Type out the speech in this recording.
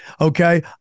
Okay